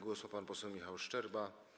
Głos ma pan poseł Michał Szczerba.